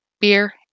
beer